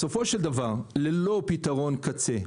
בסופו של דבר ללא פתרון קצה,